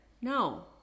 No